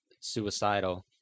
suicidal